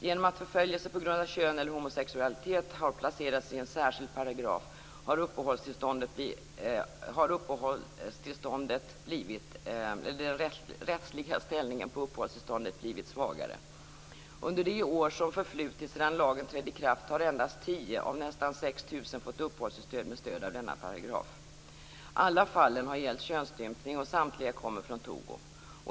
Genom att förföljelse på grund av kön eller homosexualitet placerats i en särskild paragraf har den rättsliga ställningen beträffande uppehållstillståndet blivit svagare. Under det år som förflutit sedan lagen trädde i kraft har endast 10 av nästan 6 000 fått uppehållstillstånd med stöd av denna paragraf. Alla fallen har gällt könsstympning. Samtliga kommer från Togo.